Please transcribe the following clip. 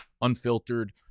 unfiltered